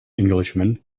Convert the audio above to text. englishman